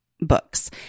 books